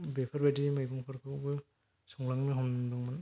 बेफोरबायदि मैगंफोरखौबो सलंनो हमदोंमोन